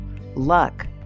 luck